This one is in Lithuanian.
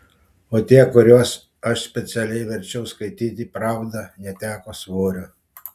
o tie kuriuos aš specialiai verčiau skaityti pravdą neteko svorio